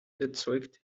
erzeugt